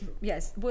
Yes